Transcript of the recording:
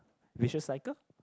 vicious cycle